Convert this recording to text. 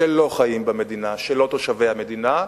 שלא חיים במדינה, שאינם תושבי המדינה,